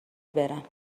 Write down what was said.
برم